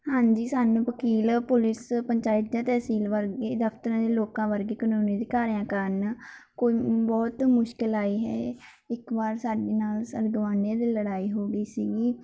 ਹਾਂਜੀ ਸਾਨੂੰ ਵਕੀਲ ਪੁਲਿਸ ਪੰਚਾਇਤਾਂ ਤਹਿਸੀਲ ਵਰਗੇ ਦਫਤਰਾਂ ਦੇ ਲੋਕਾਂ ਵਰਗੇ ਕਾਨੂੰਨੀ ਅਧਿਕਾਰੀਆਂ ਕਾਰਨ ਕੋਈ ਬਹੁਤ ਮੁਸ਼ਕਿਲ ਆਈ ਹੈ ਇੱਕ ਵਾਰ ਸਾਡੇ ਨਾਲ ਸਾਡੇ ਗਵਾਂਢੀਆਂ ਦੀ ਲੜਾਈ ਹੋ ਗਈ ਸੀਗੀ